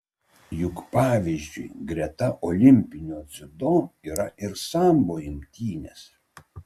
juk pavyzdžiui greta olimpinio dziudo yra ir sambo imtynės